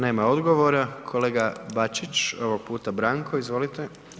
Nema odgovora, kolega Bačić, ovog puta Branko, izvolite.